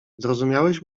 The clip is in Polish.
zrozumiałeś